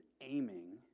aiming